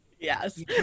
Yes